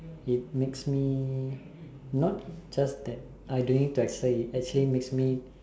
it makes me not just that I don't need to exercise it actually makes me